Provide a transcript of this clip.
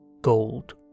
gold